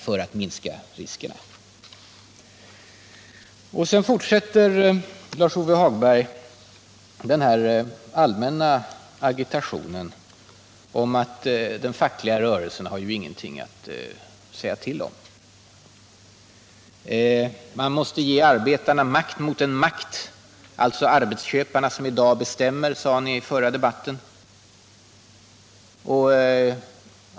Lars-Ove Hagberg fortsatte den allmänna agitationen att den fackliga rörelsen inte har någonting att säga till om. Man måste ge arbetarna makt mot den makt som i dag bestämmer, alltså arbetsköparna, sade han i den förra debatten.